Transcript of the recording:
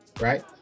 Right